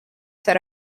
set